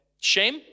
Shame